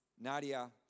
Nadia